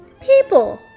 people